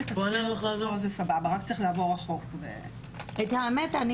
את האמת,